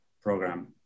program